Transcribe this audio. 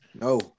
no